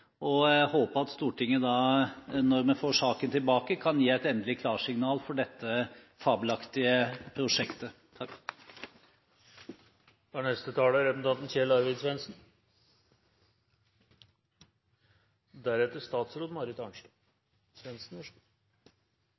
og jeg håper at Stortinget – når vi får saken tilbake – kan gi et endelig klarsignal for dette fabelaktige prosjektet.